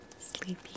sleepy